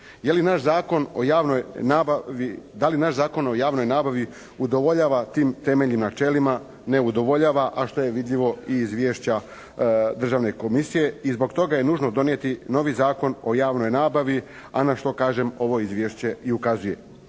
da li naš Zakon o javnoj nabavi udovoljava tim temeljnim načelima? Ne udovoljava, a što je vidljivo i iz Izvješća Državne komisije. I zbog toga je nužno donijeti novi Zakon o javnoj nabavi, a na što kažem ovo Izvješće i ukazuje.